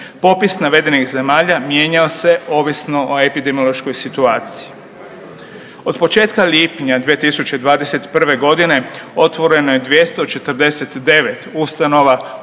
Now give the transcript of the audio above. Popis navedenih zemalja mijenjao se ovisno o epidemiološkoj situaciji. Od početka lipnja 2021. godine otvoreno je 249 ustanova